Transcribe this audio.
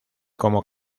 como